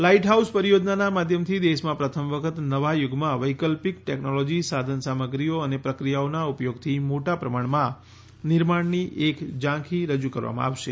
લાઉટ house પરિયોજનાના માધ્યમથી દેશમાં પ્રથમ વખત નવા યુગમાં વૈકલ્પિક ટેક્નોલોજી સાધન સામગ્રીઓ અને પ્રક્રિયાઓના ઉપયોગથી મોટા પ્રમાણમાં નિર્માણની એક ઝાંખી રજૂ કરવામાં આવશે